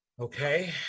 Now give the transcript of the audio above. Okay